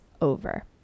over